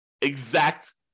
exact